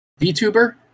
VTuber